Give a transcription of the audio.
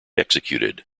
executed